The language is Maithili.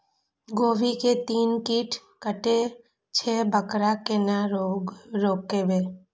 गोभी के कोन कीट कटे छे वकरा केना रोकबे?